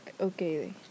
okay